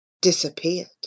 disappeared